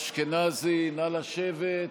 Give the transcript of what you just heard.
אשכנזי, נא לשבת.